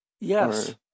Yes